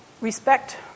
respect